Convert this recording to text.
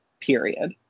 period